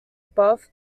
above